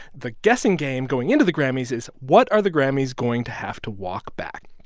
the guessing game going into the grammys is, what are the grammys going to have to walk back?